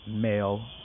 Male